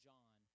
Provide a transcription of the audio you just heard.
John